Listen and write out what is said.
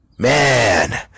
man